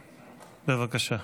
בבקשה.